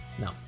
No